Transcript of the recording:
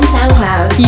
SoundCloud